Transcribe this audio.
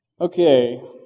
Okay